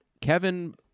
Kevin